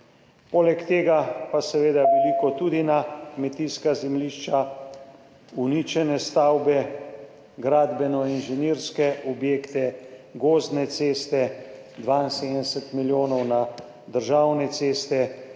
Poleg tega pa seveda veliko tudi na kmetijska zemljišča, uničene stavbe, gradbeno-inženirske objekte, gozdne ceste, 72 milijonov na državne ceste,